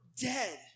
dead